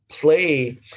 play